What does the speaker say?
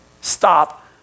stop